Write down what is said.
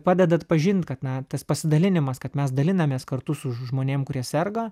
padeda atpažint kad na tas pasidalinimas kad mes dalinamės kartu su žmonėm kurie serga